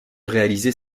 réaliser